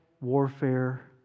warfare